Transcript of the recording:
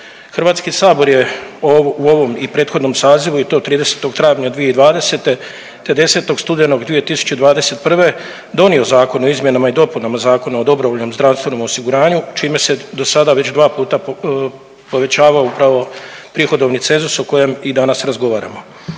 Hrvatski sabor je u ovom i prethodnom sazivu i to 30. travnja 2020. te 10. studenog 2021. donio Zakon o izmjenama i dopunama Zakona o dobrovoljnom zdravstvenom osiguranju čime se do sada već dva puta povećavao upravo prihodovni cenzus o kojem i danas razgovaramo.